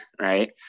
right